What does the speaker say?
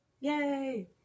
Yay